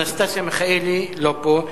אנסטסיה מיכאלי, לא פה.